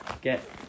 get